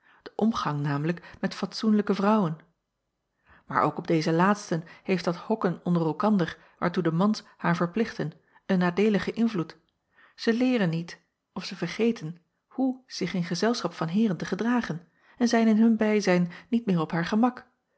den omgang namelijk met fatsoenlijke vrouwen aar ook op deze laatsten heeft dat hokken onder elkander waartoe de mans haar verplichten een nadeeligen invloed zij leeren niet of zij vergeten hoe zich in gezelschap van heeren te gedragen en zijn in hun bijzijn niet meer op haar gemak